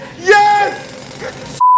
Yes